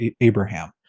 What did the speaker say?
Abraham